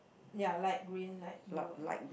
ya light green light blue and